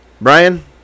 Brian